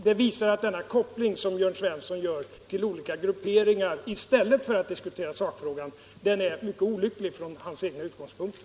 Detta visar att den koppling som Jörn Svensson gör till olika grupperingar, i stället för att diskutera sakfrågan, är mycket olycklig från hans egna utgångspunkter.